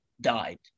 died